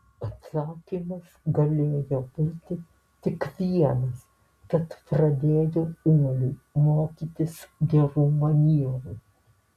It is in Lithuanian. atsakymas galėjo būti tik vienas tad pradėjau uoliai mokytis gerų manierų